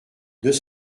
deux